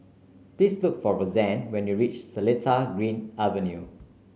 please look for Roseann when you reach Seletar Green Avenue